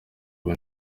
ubu